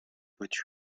voiture